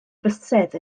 bysedd